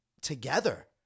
together